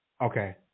Okay